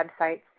websites